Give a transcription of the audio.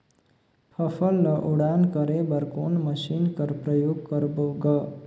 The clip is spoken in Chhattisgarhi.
फसल ल उड़ान करे बर कोन मशीन कर प्रयोग करबो ग?